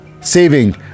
saving